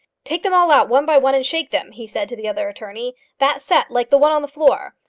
take them all out one by one, and shake them, he said to the other attorney that set like the one on the floor.